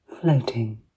floating